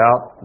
out